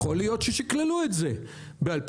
יכול להיות ששקללו את זה ב-2018,